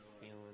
feeling